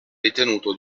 ritenuto